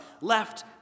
left